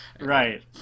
Right